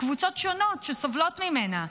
על קבוצות שונות שסובלות ממנה,